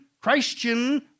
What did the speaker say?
Christian